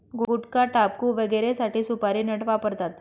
गुटखाटाबकू वगैरेसाठी सुपारी नट वापरतात